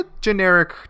generic